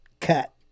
cut